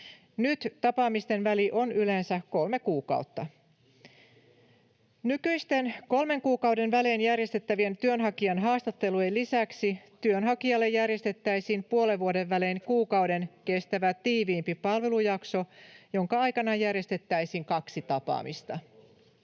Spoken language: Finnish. Nyt tapaamisten väli on yleensä kolme kuukautta. Nykyisten kolmen kuukauden välein järjestettävien työnhakijan haastattelujen lisäksi työnhakijalle järjestettäisiin puolen vuoden välein kuukauden kestävä tiiviimpi palvelujakso, jonka aikana järjestettäisiin kaksi tapaamista.